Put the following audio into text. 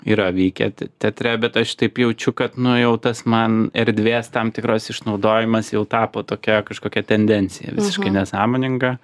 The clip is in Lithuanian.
yra vykę teatre bet aš taip jaučiu kad nu jau tas man erdvės tam tikras išnaudojimas jau tapo tokia kažkokia tendencija visiškai nesąmoninga